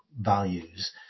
values